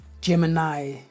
Gemini